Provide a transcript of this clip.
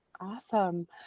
Awesome